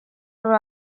for